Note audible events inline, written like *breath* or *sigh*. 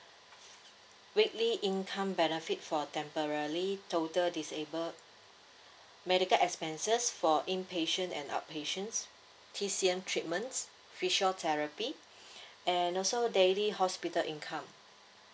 weekly income benefit for temporary total disabled medical expenses for inpatient and outpatients T_C_M treatments physiotherapy *breath* and also daily hospital income